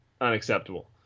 unacceptable